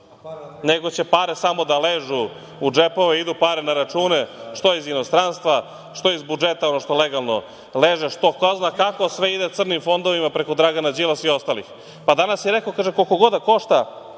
nego će pare samo da ležu u džepove, idu pare na račun, što iz inostranstva, što iz budžeta, ono što legalno leže, što ko zna kako sve ide crnim fondovima preko Dragana Đilasa i ostalih. Juče je rekao – koliko god da košta,